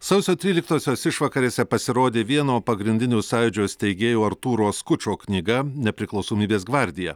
sausio tryliktosios išvakarėse pasirodė vieno pagrindinių sąjūdžio steigėjų artūro skučo knyga nepriklausomybės gvardija